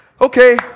okay